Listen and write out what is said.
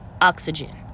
oxygen